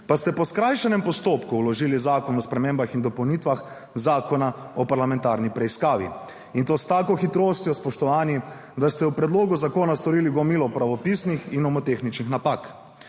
pa ste po skrajšanem postopku vložili Zakon o spremembah in dopolnitvah zakona o parlamentarni preiskavi, in to s tako hitrostjo, spoštovani, da ste v predlogu zakona storili gomilo pravopisnih in nomotehničnih napak.